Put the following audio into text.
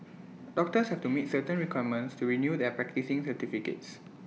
doctors have to meet certain requirements to renew their practising certificates